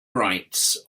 rights